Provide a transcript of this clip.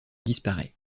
disparaît